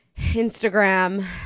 Instagram